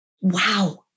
wow